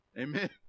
Amen